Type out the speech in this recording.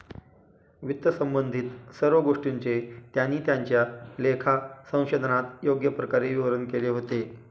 वित्तसंबंधित सर्व गोष्टींचे त्यांनी त्यांच्या लेखा संशोधनात योग्य प्रकारे विवरण केले होते